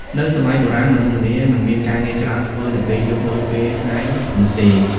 នៅសម័យបុរាណ មនុស្សម្នាមិនមានការងារច្រើនធ្វើនៅពេលយប់ដូចពេលថ្ងៃនោះទេ ។